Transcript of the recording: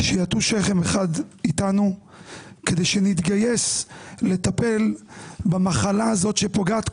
שיטו שכם אחד איתנו כדי שנתגייס לטפל במחלה הזאת שפוגעת,